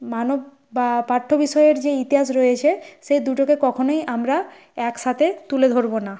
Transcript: মানব বা পাঠ্য বিষয়ের যে ইতিহাস রয়েছে সেই দুটোকে কখনোই আমরা একসাথে তুলে ধরব না